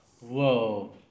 Whoa